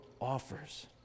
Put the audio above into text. offers